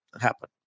happen